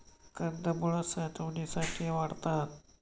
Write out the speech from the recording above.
कंदमुळं साठवणीसाठी वाढतात